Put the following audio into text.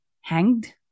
hanged